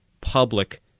public